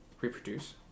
reproduce